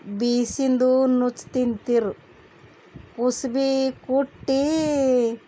ಬೀಸಿಂದು ನುಚ್ಚು ತಿಂತೀರು ಉಸ್ಬೆ ಕುಟ್ಟಿ